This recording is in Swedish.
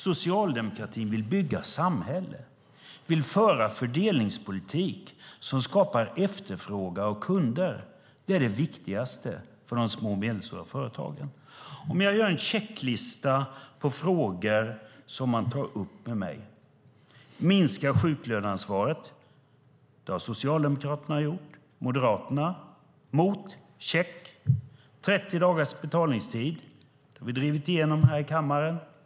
Socialdemokratin vill bygga samhälle och föra en fördelningspolitik som skapar efterfrågan och kunder. Det är det viktigaste för de små och medelstora företagen. Jag gör en checklista på frågor som man tar upp med mig: Minska sjuklöneansvaret. Det har Socialdemokraterna gjort; Moderaterna var emot. 30 dagars betalningstid. Det har vi drivit igenom här i kammaren.